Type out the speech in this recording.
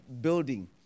building